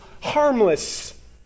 harmless